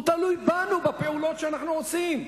הוא תלוי בנו, בפעולות שאנחנו עושים.